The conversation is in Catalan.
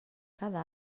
cada